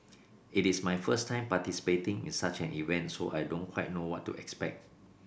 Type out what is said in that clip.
it is my first time participating in such an event so I don't quite know what to expect